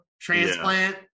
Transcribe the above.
Transplant